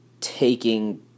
taking